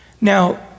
Now